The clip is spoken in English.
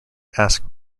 ask